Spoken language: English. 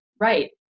Right